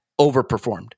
overperformed